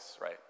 right